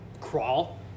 crawl